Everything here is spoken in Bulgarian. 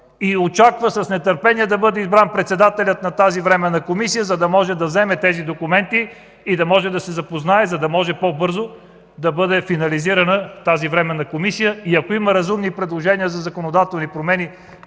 и очаква с нетърпение да бъде избран председателят на тази временна комисия, за да може да вземе тези документи и да може да се запознае, за да може по-бързо да бъде финализирана тази временна комисия и ако има разумни предложения за законодателни промени,